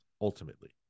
ultimately